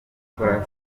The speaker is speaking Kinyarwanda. gukora